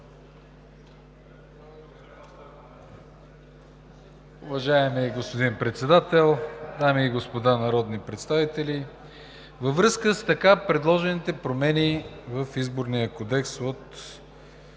Във връзка с така предложените промени в Изборния кодекс от